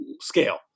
scale